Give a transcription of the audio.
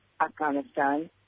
Afghanistan